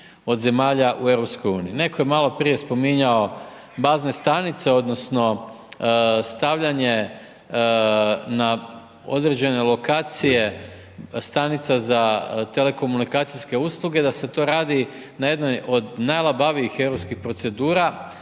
od zemalja u EU. Netko je maloprije spominjao bazne stanice, odnosno, stavljanje na određene lokacije stanica za telekomunikacijske usluge, da se to radi na jednoj od najlabavijih europskih procedura.